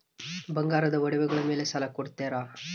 ಬಂಗಾರದ ಒಡವೆಗಳ ಮೇಲೆ ಸಾಲ ಕೊಡುತ್ತೇರಾ?